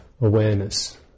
awareness